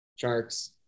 sharks